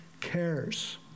cares